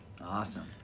awesome